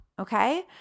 Okay